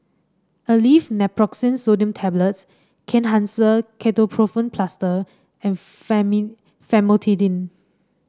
Aleve Naproxen Sodium Tablets Kenhancer Ketoprofen Plaster and Famotidine